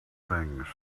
things